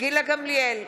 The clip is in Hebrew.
גילה גמליאל,